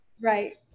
Right